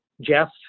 Jeff